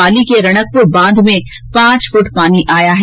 पाली के रणकप्र बांध में पांच फ्ट पानी आया है